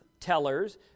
Tellers